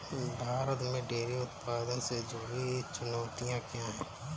भारत में डेयरी उत्पादन से जुड़ी चुनौतियां क्या हैं?